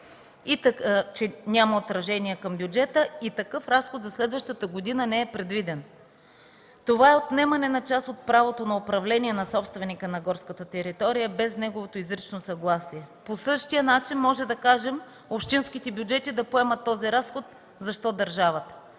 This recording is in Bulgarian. че няма отражение към бюджета и такъв разход за следващата година не е предвиден. Това е отнемане на част от правото на управление на собственика на горската територия, без неговото изрично съгласие. По същия начин можем да кажем: „Общинските бюджети да поемат този разход, защо държавата?”.